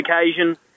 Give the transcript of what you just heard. occasion